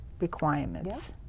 requirements